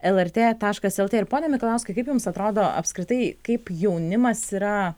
lrt taškas lt ir pone mikalauskai kaip jums atrodo apskritai kaip jaunimas yra